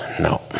no